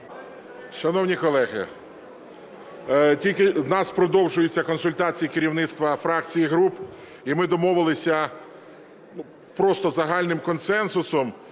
Шановні колеги, тільки у нас продовжуються консультації керівництва фракцій і груп. І ми домовилися просто загальним консенсусом,